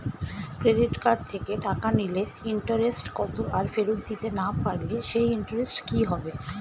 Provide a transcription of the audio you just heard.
Credit card থেকে টাকা নিলে ইন্টারেস্ট কত আর ফেরত দিতে না পারলে সেই ইন্টারেস্ট কি হবে?